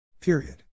Period